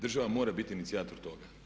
Država mora biti inicijator toga.